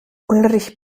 ulrich